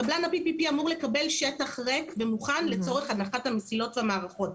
קבלן ה-PPP אמור לקבל שטח ריק ומוכן לצורך הנחת המסילות והמערכות.